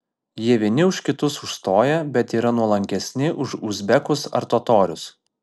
jie vieni už kitus užstoja bet yra nuolankesni už uzbekus ar totorius